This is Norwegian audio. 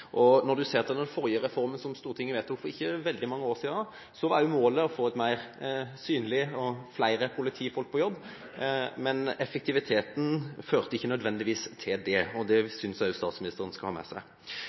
ser på den forrige reformen som Stortinget vedtok for ikke så veldig mange år siden, var målet å få et mer synlig politi og flere politifolk på jobb, men effektiviteten førte ikke nødvendigvis til det. Det synes jeg også statsministeren skal ha med seg.